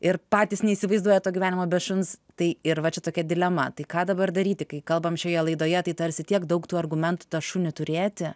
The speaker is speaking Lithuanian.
ir patys neįsivaizduoja to gyvenimo be šuns tai ir va čia tokia dilema tai ką dabar daryti kai kalbam šioje laidoje tai tarsi tiek daug tų argumentų tą šunį turėti